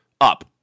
up